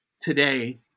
today